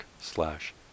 slash